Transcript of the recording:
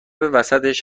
وسطش